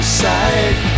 side